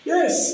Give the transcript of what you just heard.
Yes